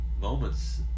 moments